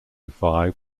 five